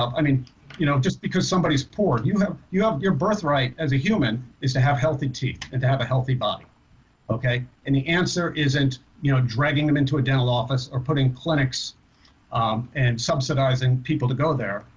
um i mean you know just because somebody's poor you know you have your birthright as a human is to have healthy teeth and to have a healthy body okay and the answer isn't you know dragging them into a dental office or putting clinics and subsidizing people to go there,